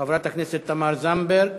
חברת הכנסת תמר זנדברג,